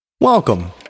Welcome